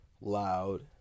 loud